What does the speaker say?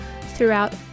throughout